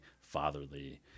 fatherly